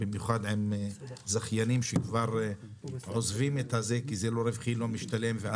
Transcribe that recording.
במיוחד עם זכיינים שכבר עוזבים כי זה לא רווחי ולא משתלם להם.